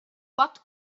what